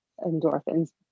endorphins